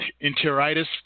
enteritis